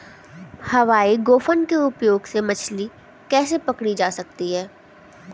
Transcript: हवाई गोफन के उपयोग से मछली कैसे पकड़ी जा सकती है?